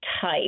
type